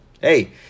hey